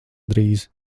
drīz